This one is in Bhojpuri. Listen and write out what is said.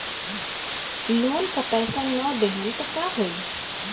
लोन का पैस न देहम त का होई?